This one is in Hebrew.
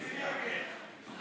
ההסתייגות (33) של